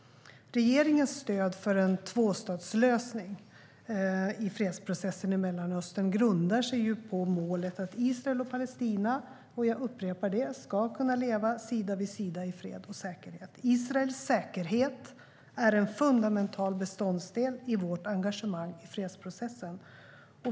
Regeringens stöd för en tvåstatslösning i fredsprocessen i Mellanöstern grundar sig på målet att Israel och Palestina - jag upprepar det - ska kunna leva sida vid sida i fred och säkerhet. Israels säkerhet är en fundamental beståndsdel i vårt engagemang i fredsprocessen.